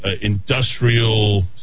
industrial